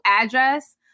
address